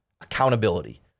Accountability